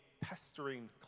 pestering